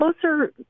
closer